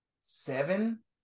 seven